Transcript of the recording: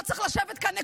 לא צריך לשבת כאן.